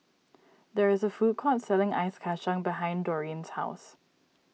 there is a food court selling Ice Kachang behind Doreen's house